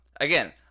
Again